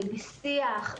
בשיח,